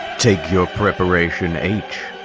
take your preparation h.